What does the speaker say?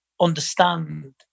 understand